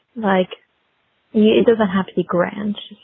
like it doesn't have to be grand.